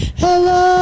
Hello